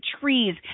trees